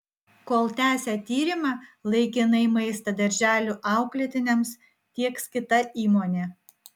kol tęsia tyrimą laikinai maistą darželių auklėtiniams tieks kita įmonė